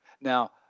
Now